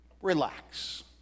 Relax